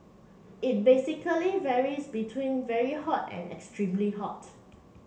it basically varies between very hot and extremely hot